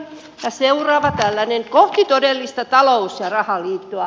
ja seuraava tällainen on kohti todellista talous ja rahaliittoa